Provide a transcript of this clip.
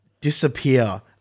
disappear